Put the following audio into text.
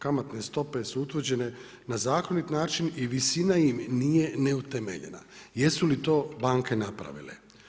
Kamatne stope su utvrđene na zakonit način i visina im nije neutemeljena jesu li to banke napravile.